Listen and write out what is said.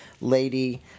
lady